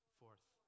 fourth